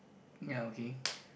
ya okay